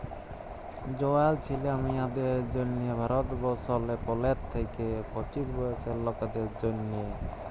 জয়াল ছিলা মিঁয়াদের জ্যনহে ভারতবর্ষলে পলের থ্যাইকে পঁচিশ বয়েসের লকদের জ্যনহে